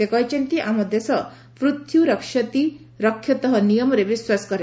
ସେ କହିଚ୍ଚନ୍ତି ଆମ ଦେଶ ପୃଥ୍ୱି ରକ୍ଷତି ରକ୍ଷତଃ ନିୟମରେ ବିଶ୍ୱାସ କରେ